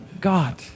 God